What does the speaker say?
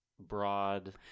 broad